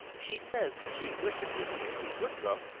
she says she wishes this mr. woodroffe,